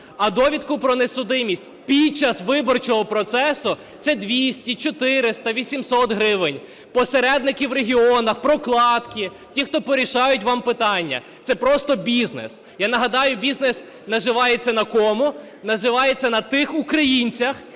А довідка про несудимість під час виборчого процесу - це 200, 400, 800 гривень, посередники в регіонах, прокладки, ті, хто порішають вам питання. Це просто бізнес. Я нагадаю, бізнес наживається на кому – наживається на тих українцях,